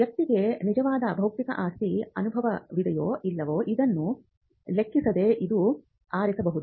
ವ್ಯಕ್ತಿಗೆ ನಿಜವಾದ ಬೌದ್ಧಿಕ ಆಸ್ತಿ ಅನುಭವವಿದೆಯೋ ಇಲ್ಲವೋ ಎಂಬುದನ್ನು ಲೆಕ್ಕಿಸದೆ ಇದು ಆಗಿರಬಹುದು